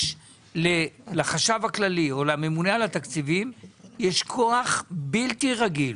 יש לחשב הכללי או לממונה על התקציבים כוח בלתי רגיל,